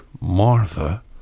Martha